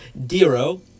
Dero